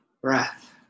breath